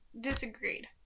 disagreed